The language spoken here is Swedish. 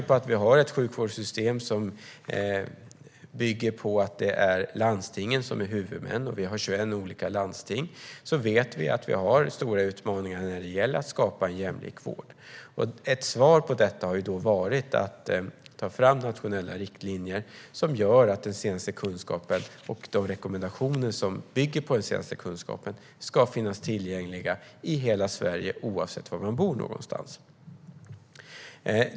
I vårt sjukvårdssystem är det landstingen som är huvudmän, och vi har 21 olika landsting. Vi har därför stora utmaningar när det gäller att skapa en jämlik vård. Ett svar på dessa utmaningar har varit att ta fram nationella riktlinjer som gör att den senaste kunskapen och de rekommendationer som bygger på den senaste kunskapen ska finnas tillgängliga i hela Sverige oavsett var man bor.